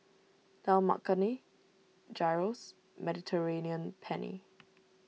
Dal Makhani Gyros Mediterranean Penne